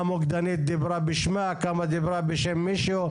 כמה המוקדנית דיברה בשמה, כמה דיברה בשם מישהו.